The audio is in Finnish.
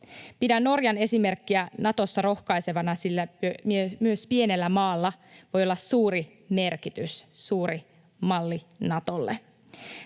Pidän Norjan esimerkkiä Natossa rohkaisevana, sillä myös pienellä maalla voi olla suuri merkitys, suuri malli Natolle.